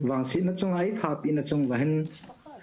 הוא נרצח ועד היום מבחינתי לא ראיתי התקדמות של הפרקליטות,